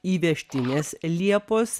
įvežtinės liepos